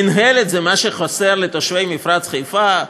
המינהלת, זה מה שחסר לתושבי מפרץ חיפה?